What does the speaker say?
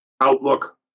Outlook